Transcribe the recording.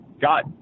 got